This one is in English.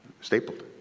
stapled